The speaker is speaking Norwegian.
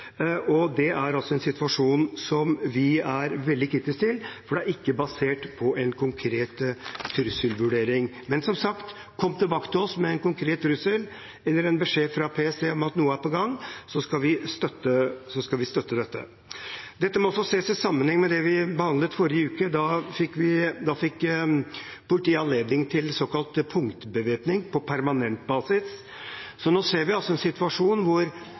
løsning. Vi vil altså se våpen – tyngre våpen, til og med, som maskinpistol – på kroppen. Det er en situasjon som vi er veldig kritiske til, for det er ikke basert på en konkret trusselvurdering. Men som sagt, kom tilbake til oss med en konkret trussel, eller en beskjed fra PST om at noe er på gang, så skal vi støtte dette. Dette må også ses i sammenheng med det vi behandlet forrige uke. Da fikk politiet anledning til såkalt punktbevæpning på permanent basis. Nå ser vi en situasjon hvor